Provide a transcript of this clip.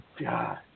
God